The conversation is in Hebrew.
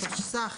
התשס"ח